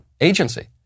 agency